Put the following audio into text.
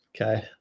Okay